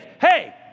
hey